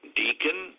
deacon